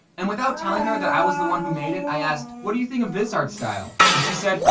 and without telling her that i was the one who made it, i asked, what do you think of this art style? and she said,